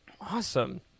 awesome